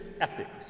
ethics